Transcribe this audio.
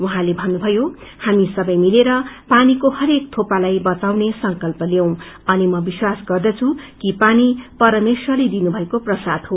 उहाँले भन्नुभयो हामी सबै मिलेर पानीको हरेक थोपालाई बचाउने संकल्प लिंऔ अनि म विश्वास गर्दछु कि पानी परमेश्वरले दिनुभएको प्रसाद हो